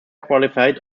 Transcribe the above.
qualified